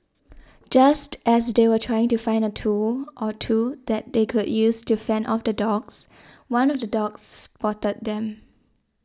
just as they were trying to find a tool or two that they could use to fend off the dogs one of the dogs spotted them